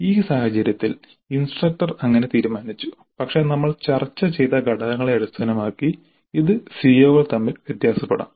ഈ സാഹചര്യത്തിൽ ഇൻസ്ട്രക്ടർ അങ്ങനെ തീരുമാനിച്ചു പക്ഷേ നമ്മൾ ചർച്ച ചെയ്ത ഘടകങ്ങളെ അടിസ്ഥാനമാക്കി ഇത് CO കൾ തമ്മിൽ വ്യത്യാസപ്പെടാം